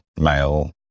male